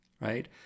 right